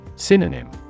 Synonym